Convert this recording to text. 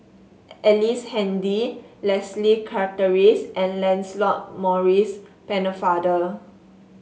Ellice Handy Leslie Charteris and Lancelot Maurice Pennefather